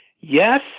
Yes